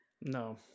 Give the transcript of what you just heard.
No